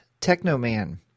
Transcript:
technoman